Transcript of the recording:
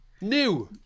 New